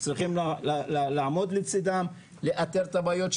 צריכים לעמוד לצידם, לאתר את הבעיות שלהם,